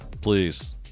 please